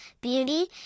beauty